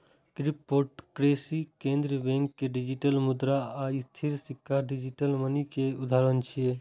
cryptocurrency, केंद्रीय बैंक के डिजिटल मुद्रा आ स्थिर सिक्का डिजिटल मनी के उदाहरण छियै